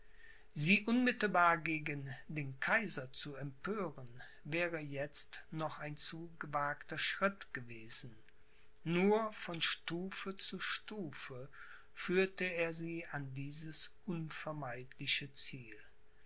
sie unmittelbar gegen den kaiser zu empören wäre jetzt noch ein zu gewagter schritt gewesen nur von stufe zu stufe führte er sie an dieses unvermeidliche ziel